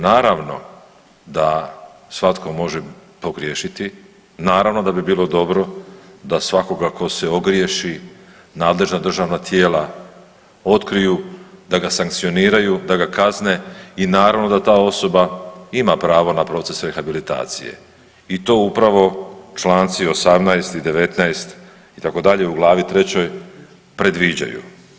Naravno da svatko može pogriješiti, naravno da bi bilo dobro da svakoga tko se ogriješi nadležna državna tijela otkriju, da ga sankcioniraju, da ga kazne i naravno da ta osoba ima pravo na proces rehabilitacije i to upravo članci 18. i 19. itd. u Glavi trećoj predviđaju.